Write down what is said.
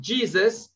Jesus